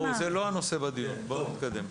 בואו, זה לא הנושא בדיון, בואו נתקדם.